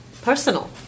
personal